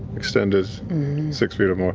extend it six feet um or